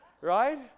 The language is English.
Right